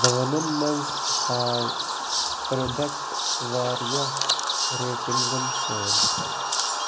بانن مَنٛز ہاو پرٛوڈکٹ واریاہ ریٹنٛگن سان